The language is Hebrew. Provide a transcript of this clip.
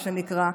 מה שנקרא,